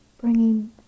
bringing